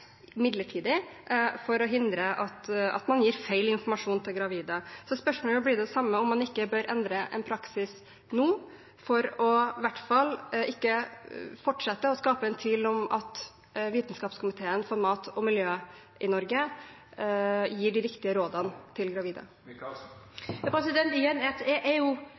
midlertidig for å hindre at man gir feil informasjon til gravide. Spørsmålet blir det samme – om man ikke bør endre en praksis nå, for i hvert fall ikke å fortsette å skape tvil om at Vitenskapskomiteen for mat og miljø i Norge gir de riktige rådene til gravide.